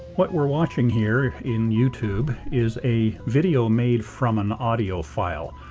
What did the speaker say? what we're watching here in youtube is a video made from an audio file.